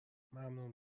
ممنون